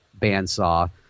bandsaw